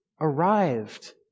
arrived